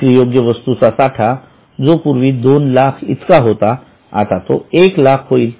विक्रीयोग्य वस्तूचा साठा जो पूर्वी २००००० इतका होता तो आता १००००० होईल